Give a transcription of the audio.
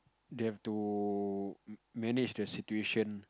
they have to manage the situation